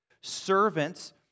servants